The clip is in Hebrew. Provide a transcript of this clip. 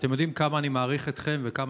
שאתם יודעים כמה אני מעריך אתכם וכמה